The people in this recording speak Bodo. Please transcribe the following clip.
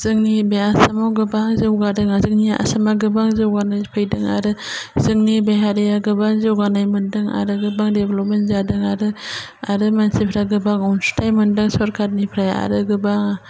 जोंनि बे आसामाव गोबां जौगादों जोंनि आसामा गोबां जौगानाय फैदों आरो जोंनि बे हारिया गोबां जौगानाय मोन्दों आरो गोबां डेभेलपमेन्ट जादों आरो आरो मानसिफ्रा गोबां अनसुंथाइ मोन्दों सरकारनिफ्राय आरो गोबाङा